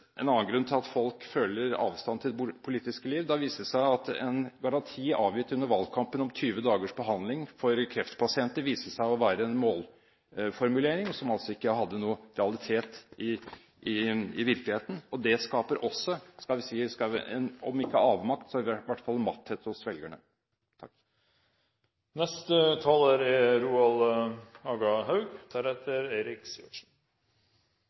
en annen grunn til at folk føler avstand til det politiske liv. Da viste det seg at en garanti avgitt under valgkampen om 20 dagers behandling for kreftpasienter viste seg å være en målformulering som ikke hadde noen rot i virkeligheten. Det skaper også om ikke avmakt, så i hvert fall matthet hos velgerne. Valdeltakinga ved kommunestyrevalet og fylkestingsvalet i haust var den høgaste på ei god stund. Det som blir betre, er